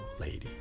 lady